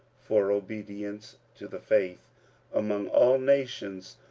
for obedience to the faith among all nations,